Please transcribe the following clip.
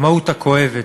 המהות הכואבת,